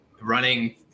running –